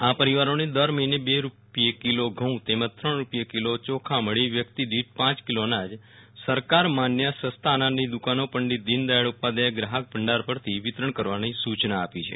આ પરિવારોને દર મહિને બે રૂપિયે કિલો ઘઉં તેમજ ત્રણ રૂપિયે કિલો ચોખા મળી વ્યક્તિ દીઠ પાંચ કિલો અનાજ સરકાર માન્ય સસ્તા અનાજની દુકાનો પંડિત દીન દયાલ ઉપાધ્યાય ગ્રાહક ભંડાર પરથી વિતરણ કરવાની સુ ચના આપી છે